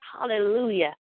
Hallelujah